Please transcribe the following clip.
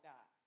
God